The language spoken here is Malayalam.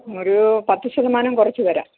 ഒരു പത്ത് ശതമാനം കുറച്ച് തരാം